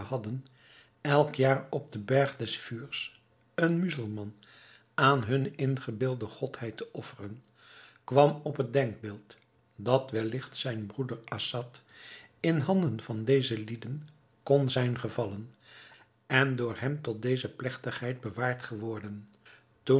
hadden elk jaar op den berg des vuurs een muzelman aan hunne ingebeelde godheid te offeren kwam op het denkbeeld dat welligt zijn broeder assad in handen van deze lieden kon zijn gevallen en door hem tot deze plegtigheid bewaard geworden